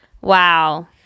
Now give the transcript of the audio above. Wow